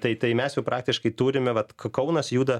tai mes praktiškai turime vat kaunas juda